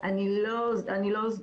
אני לא בטוחה.